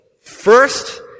first